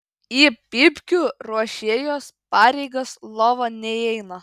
į pypkių ruošėjos pareigas lova neįeina